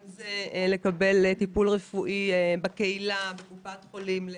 אם זה כדי לקבל טיפול רפואי בקהילה בקופת החולים,